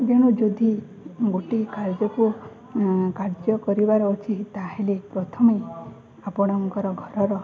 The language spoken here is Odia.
ତେଣୁ ଯଦି ଗୋଟିଏ କାର୍ଯ୍ୟକୁ କାର୍ଯ୍ୟ କରିବାର ଅଛି ତାହେଲେ ପ୍ରଥମେ ଆପଣଙ୍କର ଘରର